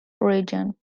region